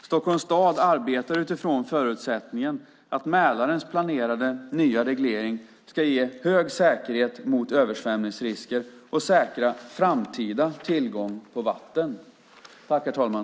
Stockholms stad arbetar utifrån förutsättningen att Mälarens planerade nya reglering ska ge hög säkerhet mot översvämningsrisker och säkra framtida tillgång på vatten.